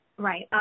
Right